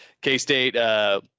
K-State